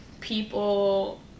people